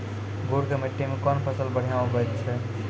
गुड़ की मिट्टी मैं कौन फसल बढ़िया उपज छ?